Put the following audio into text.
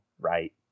right